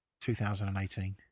2018